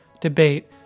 debate